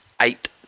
eight